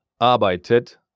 arbeitet